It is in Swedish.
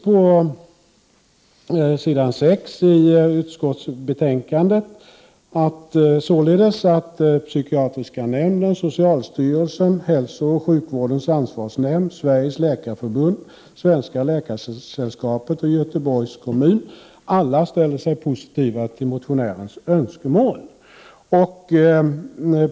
På s. 6 i utskottsbetänkandet återges således att psykiatriska nämnden, socialstyrelsen, hälsooch sjukvårdens ansvarsnämnd, Sveriges läkarförbund, Svenska läkaresällskapet och Göteborgs kommun alla ställt sig positiva till motionärens önskemål.